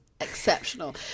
Exceptional